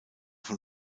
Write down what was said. von